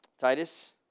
Titus